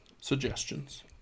suggestions